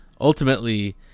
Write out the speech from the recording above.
ultimately